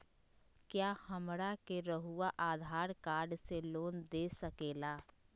क्या हमरा के रहुआ आधार कार्ड से लोन दे सकेला?